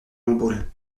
handball